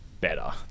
better